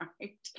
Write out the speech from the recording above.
right